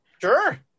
Sure